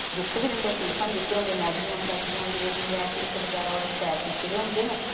gift बी दिंदे tiffin दित्ते होंदे मैग्गियां शैग्गियां जो बी ऐ चिप्स बगैरा ओह्दे च पैक कीते दे होंदे न